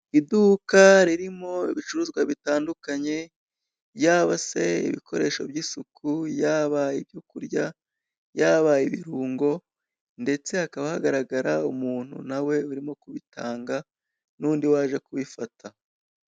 Iduka ririmo ibicuruzwa bitandukanye, yaba se ibikoresho by'isuku, yaba ibyo kurya yaba ibirungo ndetse hakaba hagaragara umuntu nawe urimo kubitanga n'undi waje kubifata.